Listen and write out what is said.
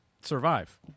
Survive